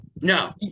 No